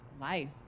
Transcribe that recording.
life